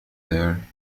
there